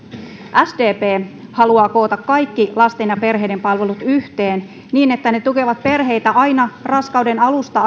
sdp haluaa koota kaikki lasten ja perheiden palvelut yhteen niin että ne tukevat perheitä aina raskauden alusta